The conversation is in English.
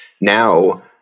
Now